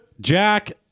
Jack